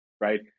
right